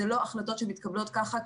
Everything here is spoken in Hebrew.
אלה לא החלטות שמתקבלות ככה,